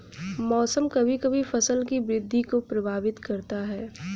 मौसम कभी कभी फसल की वृद्धि को प्रभावित करता है